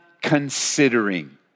considering